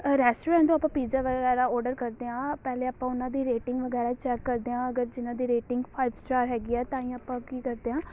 restaurant ਤੋਂ ਆਪਾਂ pizza ਵਗੈਰਾ ਔਡਰ ਕਰਦੇ ਹਾਂ ਪਹਿਲੇ ਆਪਾਂ ਉਹਨਾਂ ਦੀ ਰੇਟਿੰਗ ਵਗੈਰਾ ਚੈੱਕ ਕਰਦੇ ਹਾਂ ਅਗਰ ਜਿਨ੍ਹਾਂ ਦੀ ਰੇਟਿੰਗ ਫਾਈਵ ਸਟਾਰ ਹੈਗੀ ਆ ਤਾਂ ਹੀ ਆਪਾਂ ਕੀ ਕਰਦੇ ਹਾਂ